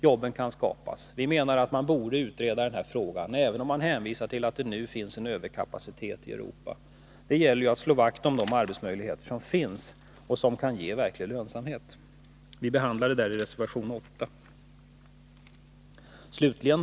Jobben kunde skapas, även om man hänvisar till att det nu finns en överkapacitet i Europa. Det gäller att slå vakt om de arbetsmöjligheter som finns och som kan ge verklig lönsamhet. Vi behandlar detta i reservation 8.